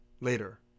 later